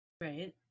right